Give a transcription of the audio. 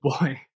boy